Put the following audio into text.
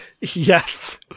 Yes